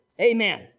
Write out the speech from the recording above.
Amen